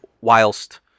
whilst